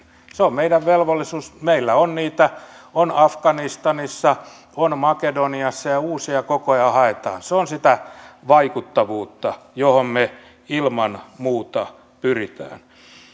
se on meidän velvollisuutemme että meillä on niitä on afganistanissa on makedoniassa ja uusia koko ajan haetaan se on sitä vaikuttavuutta johon me ilman muuta